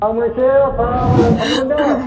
आंबो एसे बाथ्रा रायलायनो सानदोंमोन दे